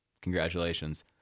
Congratulations